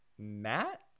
matt